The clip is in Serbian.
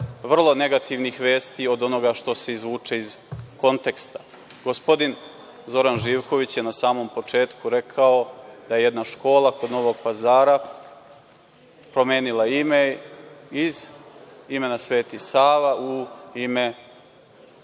vrlo negativnih vesti od onoga što se izvuče iz konteksta. Gospodin Zoran Živković je na samom početku rekao da je jedna škola kod Novog Pazara promenila ime iz imena „Sveti Sava“ u ime